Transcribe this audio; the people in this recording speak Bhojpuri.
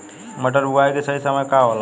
मटर बुआई के सही समय का होला?